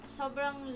sobrang